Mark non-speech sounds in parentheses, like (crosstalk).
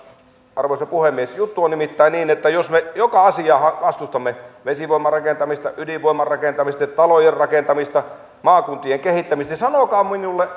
arvoisa puhemies juttu on nimittäin niin että jos me joka asiaa vastustamme jos joka asiaa jarrutetaan niin ankarasti vesivoimarakentamista ydinvoimarakentamista talojen rakentamista maakuntien kehittämistä sanokaa minulle (unintelligible)